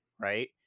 right